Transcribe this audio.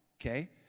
okay